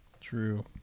True